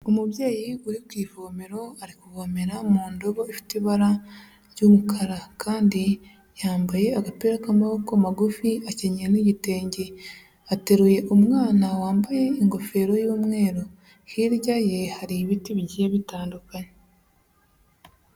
Umubyeyi uri ku ivomero ari kuvomera mu ndobo ifite ibara ry'umukara kandi yambaye agapira k'amaboko magufi, akenyeye n'igitenge, ateruye umwana wambaye ingofero y'umweru, hirya ye hari ibiti bigiye bitandukanye.